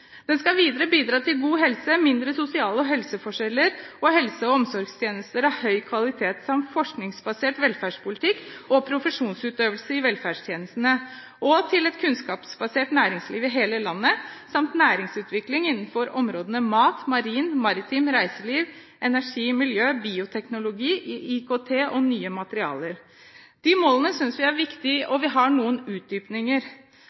Den skal videre bidra til god helse, mindre sosiale helseforskjeller og helse- og omsorgstjenester av høy kvalitet samt forskningsbasert velferdspolitikk og profesjonsutøvelse i velferdstjenestene, og til et kunnskapsbasert næringsliv i hele landet samt næringsutvikling innenfor områdene mat, marin, maritim, reiseliv, energi, miljø, bioteknologi, IKT og nye materialer. De målene synes vi er